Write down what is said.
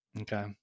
Okay